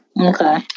Okay